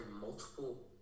multiple